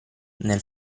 nel